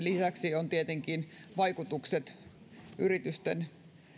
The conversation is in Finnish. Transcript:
lisäksi tietenkin yritysten tilanteiden vaikutukset